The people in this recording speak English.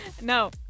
No